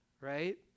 right